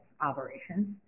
operations